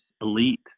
elite